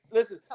Listen